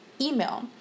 email